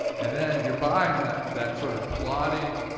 and then you're buying that that sort of plodding